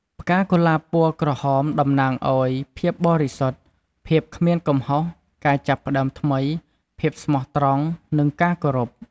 ផ្កាកុលាបពណ៌ក្រហមតំណាងឱ្យ ភាពបរិសុទ្ធ ភាពគ្មានកំហុស ការចាប់ផ្តើមថ្មី ភាពស្មោះត្រង់ និងការគោរព។